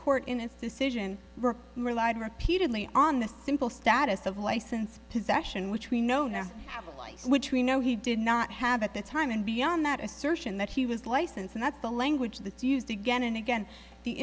court in its decision relied repeatedly on the simple status of license possession which we know now have a life which we know he did not have at the time and beyond that assertion that he was license and that's the language that used again and again the